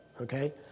Okay